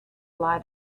lie